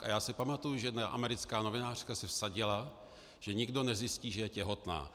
Já si pamatuji, že jedna americká novinářka se vsadila, že nikdo nezjistí, že je těhotná.